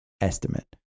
estimate